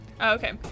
Okay